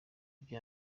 byo